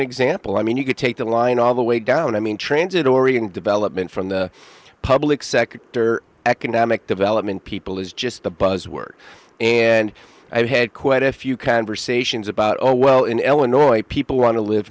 example i mean you could take the line all the way down i mean transitory and development from the public sector economic development people is just the buzz word and i've had quite a few conversations about oh well in el annoyed people want to live